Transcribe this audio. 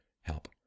help